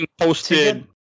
posted